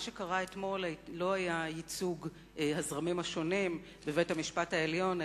מה שקרה אתמול לא היה ייצוג הזרמים השונים בבית-המשפט העליון,